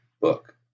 book